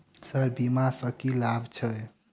Sir बीमा सँ की लाभ छैय?